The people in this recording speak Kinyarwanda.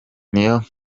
niyo